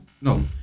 No